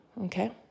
okay